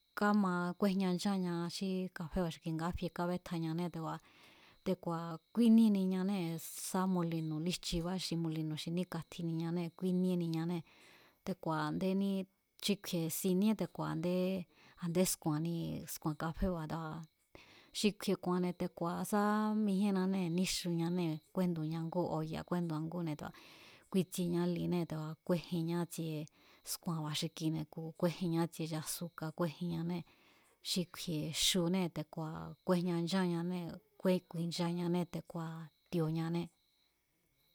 Káma kúejña nchaña xí kafeba̱ xi ki nga kafie kábetjañané te̱ku̱a̱, te̱ku̱a̱ kúíníeniñanée̱ sá molino̱ lijchiba xi molino̱ xi níkatjiniñanée̱ ku̱i̱níéniñanée̱ te̱ku̱a̱ a̱ndéní xi kju̱i̱e̱ si̱níé te̱ku̱a̱ a̱ndé a̱nde sku̱a̱nni sku̱a̱n kaféba̱ te̱ku̱a̱ xi kju̱i̱e̱ ku̱a̱nne̱ sá sá mijíenanee̱ níxuñanée̱ kúéndu̱ñan ngú oya̱ kúéndu̱a ngúne̱ te̱ku̱a̱ kúítsieñá linée̱ te̱ku̱a̱ kúéjinñá i̱tsie sku̱a̱nba̱ xi kine̱ ku̱ kúéjinña ítsie azuka̱ kúejinñanée̱ xi kju̱ie̱ xinée̱ te̱ku̱a̱ kúéjña ncháñanée̱ kúé ku̱i̱nchañanée̱ te̱ku̱a̱ ti̱o̱ñanée̱.